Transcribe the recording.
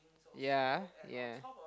yea yea